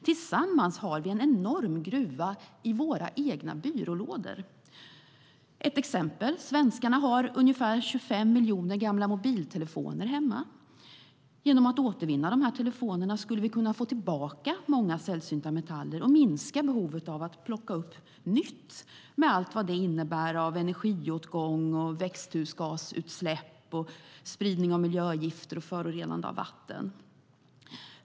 Tillsammans har vi en enorm gruva i våra egna byrålådor. Ett exempel: Svenskarna har ungefär 25 miljoner gamla mobiltelefoner hemma. Genom att återvinna dessa telefoner skulle vi kunna få tillbaka många sällsynta metaller och minska behovet av att plocka upp nytt, med allt vad det innebär av energiåtgång, växthusgasutsläpp, spridning av miljögifter och förorenande av vatten.